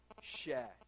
share